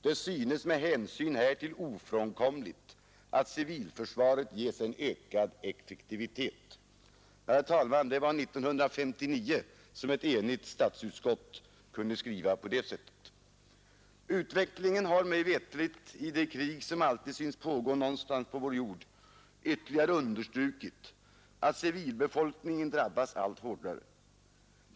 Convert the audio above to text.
Det synes med hänsyn härtill ofrånkomligt, att civilförsvaret ges en ökad effektivitet.” Ja, herr talman, det var 1959 som ett enigt statsutskott kunde skriva på det sättet. Utvecklingen i de krig som alltid syns pågå någonstans på vår jord har mig veterligt ytterligare understrukit, att civilbefolkningen drabbas allt hårdare.